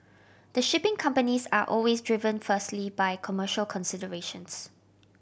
the shipping companies are always driven firstly by commercial considerations